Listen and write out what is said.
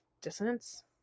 dissonance